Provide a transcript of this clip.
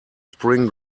spring